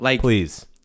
please